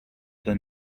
than